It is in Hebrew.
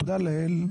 תודה לאל,